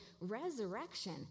Resurrection